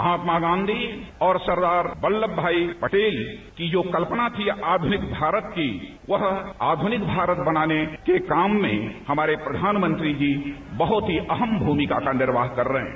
महात्मा गांधी और सरदार वल्लभ भाई पटेल की जो कल्पना थी आधुनिक भारत की वह आधुनिक भारत बनाने के काम में हमारे प्रधानमंत्री जी बहुत ही अहम भूमिका का निर्वाह कर रहे हैं